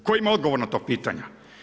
Tko ima odgovor na ta pitanja?